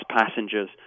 passengers